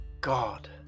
God